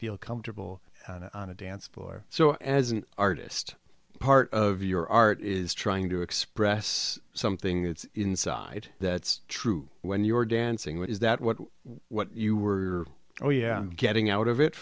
feel comfortable on a dance floor so as an artist part of your art is trying to express something that's inside that's true when you're dancing is that what you were oh yeah getting out of it